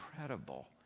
incredible